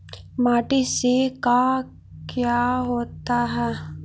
माटी से का क्या होता है?